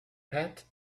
pat